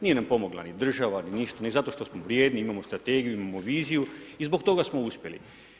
Nije nam pomogla ni država ni ništa, ni zato što smo vrijedni, imamo strategiju, imamo viziju i zbog toga smo uspjeli.